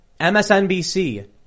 MSNBC